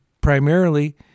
primarily